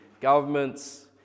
governments